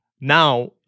Now